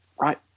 right